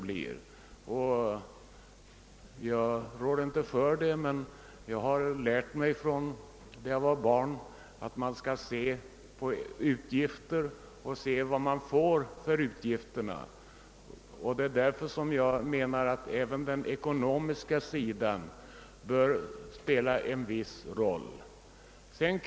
Jag rår inte för det, men jag fick redan som barn lära mig att man bör ta reda på vad man får för sina pengar när man gör en utgift. Jag menar därför att även den ekonomiska sidan av saken bör få spela en viss roll vid valet av plats.